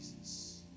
Jesus